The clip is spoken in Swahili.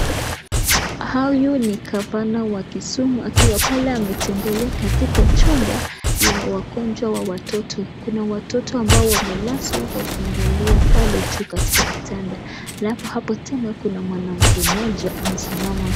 Huyu ni gavana wa Kisumu akiwa pale ametembelea katika chumba lawagonjwa wa watoto. Kuna watoto ambao wamelazwa wakiangalia pale juu katika kitanda. Alafu tena kuna mwanamke mmoja amesimama.